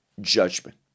judgment